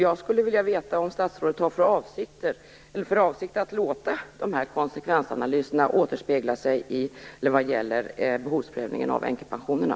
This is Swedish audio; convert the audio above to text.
Jag skulle vilja veta om statsrådet har för avsikt att låta de här konsekvensanalyserna återspegla sig vad gäller behovsprövningen av änkepensionerna.